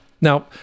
Now